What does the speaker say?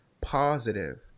positive